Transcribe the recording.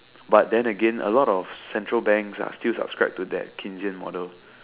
but then again a lot of central banks ah still subscribe to that keynesian model